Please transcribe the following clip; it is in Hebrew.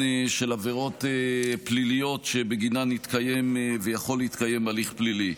של עבירות פליליות שבגינן יתקיים ויכול להתקיים הליך פלילי.